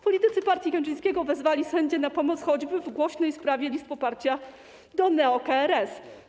Politycy partii Kaczyńskiego wezwali sędzię na pomoc choćby w głośnej sprawie list poparcia do neo-KRS.